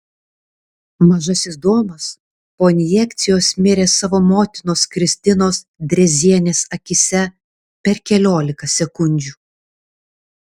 mažasis domas po injekcijos mirė savo motinos kristinos drėzienės akyse per keliolika sekundžių